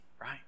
right